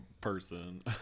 person